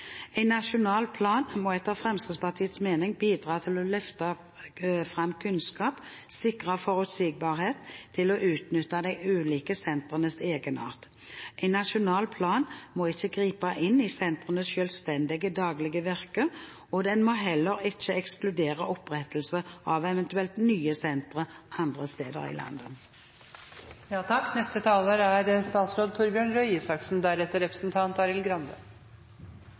En nasjonal plan må etter Fremskrittspartiets mening bidra til å løfte fram kunnskap, sikre forutsigbarhet og utnytte de ulike sentrenes egenart. En nasjonal plan må ikke gripe inn i sentrenes selvstendige daglige virke, og den må heller ikke ekskludere opprettelse av eventuelle nye sentre andre steder i